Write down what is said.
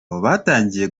batangiye